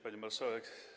Pani Marszałek!